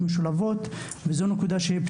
לדוגמה: כל הסיפור של כיתות אתגר וכיתות מב"ר,